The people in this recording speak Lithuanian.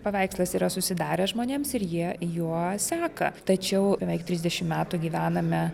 paveikslas yra susidaręs žmonėms ir jie juos seka tačiau beveik trisdešimt metų gyvename